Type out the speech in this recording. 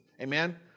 Amen